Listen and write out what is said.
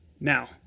now